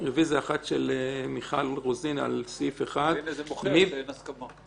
רביזיה אחת של מיכל רוזין על סעיף 1. זה מוכיח שאין הסכמה.